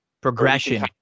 progression